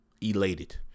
elated